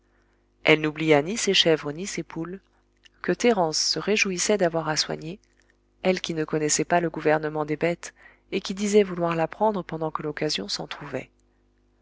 elle n'oublia ni ses chèvres ni ses poules que thérence se réjouissait d'avoir à soigner elle qui ne connaissait pas le gouvernement des bêtes et qui disait vouloir l'apprendre pendant que l'occasion s'en trouvait